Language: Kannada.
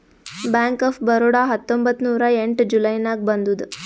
ಬ್ಯಾಂಕ್ ಆಫ್ ಬರೋಡಾ ಹತ್ತೊಂಬತ್ತ್ ನೂರಾ ಎಂಟ ಜುಲೈ ನಾಗ್ ಬಂದುದ್